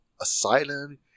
asylum